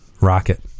Rocket